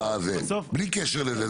בלי קשר לזה,